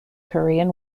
korean